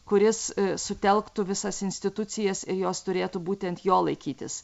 kuris sutelktų visas institucijas ir jos turėtų būtent jo laikytis